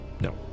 No